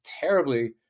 terribly